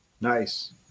Nice